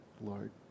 Lord